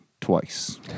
twice